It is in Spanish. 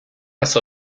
las